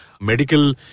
medical